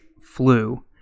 flu